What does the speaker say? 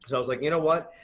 so i was like, you know what?